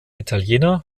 italiener